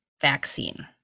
vaccine